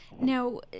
Now